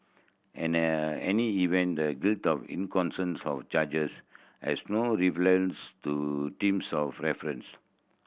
any event the of charges has no relevance to teams of reference